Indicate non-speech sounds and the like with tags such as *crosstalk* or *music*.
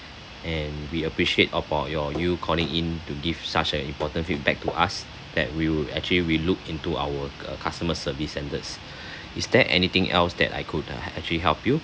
and we appreciate upon your you calling in to give such as a important feedback to us that will actually we look into our uh customer service standards *breath* is there anything else that I could uh actually help you